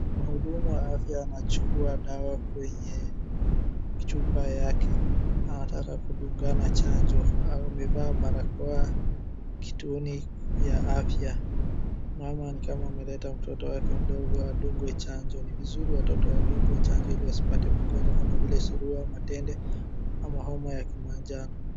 Mhudumu wa afya anachukua dawa kwenye chupa yake, anataka kudungana chanjo, amevaa barakoa kituoni ya afya. Mama ni kama ameleta mtoto wake adungwe chanjo. Ni vizuri watoto wadungwe chanjo ili wasipate magonjwa kama vile surua, matende ama homa ya kimanjano.